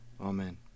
Amen